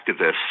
activists